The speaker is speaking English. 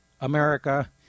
America